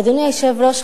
אדוני היושב-ראש,